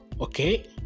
Okay